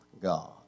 God